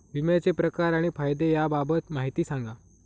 विम्याचे प्रकार आणि फायदे याबाबत माहिती सांगा